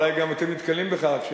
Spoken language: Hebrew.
אולי גם אתם נתקלים בכך,